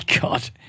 God